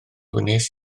wnes